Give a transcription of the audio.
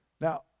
Now